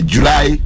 July